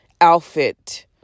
outfit